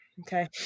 okay